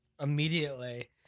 immediately